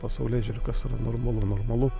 pasaulėžiūra kas yra normalu normalu